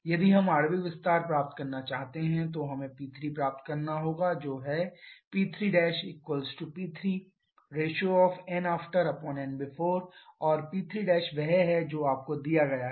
यदि हम आणविक विस्तार प्राप्त करना चाहते हैं तो हमें P3 प्राप्त करना होगा जो है P3P3nafternbefore और P3' वह है जो आपको दिया गया है